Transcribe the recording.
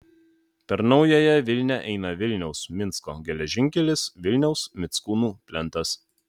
per naująją vilnią eina vilniaus minsko geležinkelis vilniaus mickūnų plentas